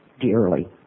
dearly